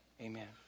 Amen